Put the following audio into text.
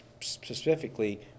specifically